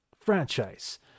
franchise